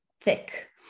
thick